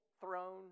throne